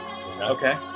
okay